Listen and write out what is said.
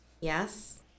Yes